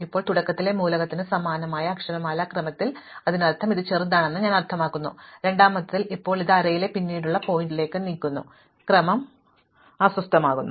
ഇപ്പോൾ തുടക്കത്തിലെ മൂലകത്തിന് സമാനമായ അക്ഷരമാല ക്രമമുണ്ടെങ്കിൽ അതിനർത്ഥം ഇത് ചെറുതാണെന്ന് ഞാൻ അർത്ഥമാക്കുന്നു രണ്ടാമത്തേതിൽ ഇപ്പോൾ അത് അറേയിലെ പിന്നീടുള്ള പോയിന്റിലേക്ക് നീങ്ങുന്നു ക്രമം അസ്വസ്ഥമാവുന്നു